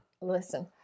Listen